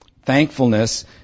Thankfulness